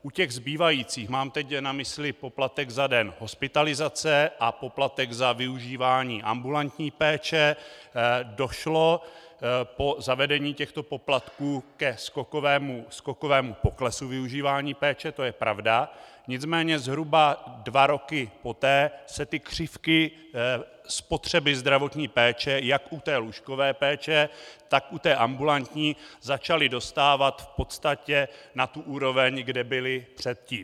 U těch zbývajících, mám teď na mysli poplatek za den hospitalizace a poplatek za využívání ambulantní péče, došlo po zavedení těchto poplatků ke skokovému poklesu ve využívání této péče, to je pravda, nicméně zhruba dva roky poté se ty křivky spotřeby zdravotní péče jak u lůžkové péče, tak u ambulantní začaly dostávat v podstatě na tu úroveň, kde byly předtím.